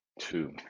Two